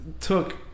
took